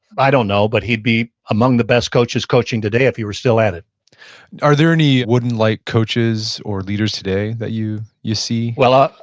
i don't know, but he'd be among the best coaches coaching today if he were still at it are there any wooden-like coaches or leaders today that you you see? well,